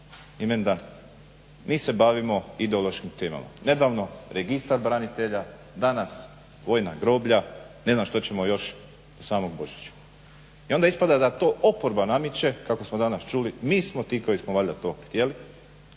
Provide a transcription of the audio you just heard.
imendan, mi se bavimo ideološkim temama. Nedavno registar branitelja, danas vojna groblja, ne znam šta ćemo još do samog Božića. I onda ispada da to oporba nameće kako smo danas čuli, mi smo ti koji smo to valjda htjeli,